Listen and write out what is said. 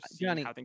Johnny